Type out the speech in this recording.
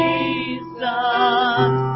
Jesus